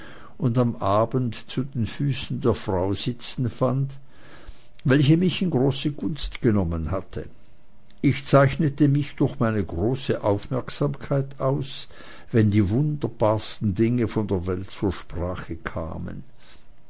und am abend zu den füßen der frau sitzen fand welche mich in große gunst genommen hatte ich zeichnete mich durch meine große aufmerksamkeit aus wenn die wunderbarsten dinge von der welt zur sprache kamen